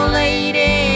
lady